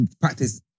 practice